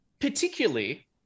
Particularly